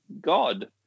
God